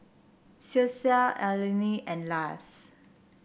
Cecile Alene and Lars